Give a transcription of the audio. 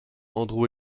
andrew